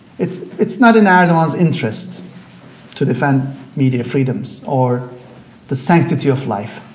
it's it's not in erdogan's interest to defend media freedoms or the sanctity of life.